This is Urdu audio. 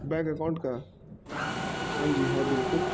بینک اکاؤنٹ کا ہاں جی ہےاں بالکل